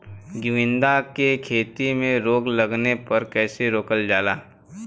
गेंदा की खेती में रोग लगने पर कैसे रोकल जाला?